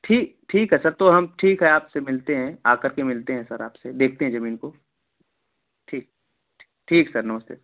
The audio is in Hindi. ठीक ठीक है सर तो हम ठीक है आप से मिलते हैं आकर के मिलते हैं सर आप से देखते हैं जमीन को ठीक ठीक सर नमस्ते